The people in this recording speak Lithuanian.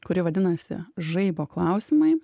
kuri vadinasi žaibo klausimai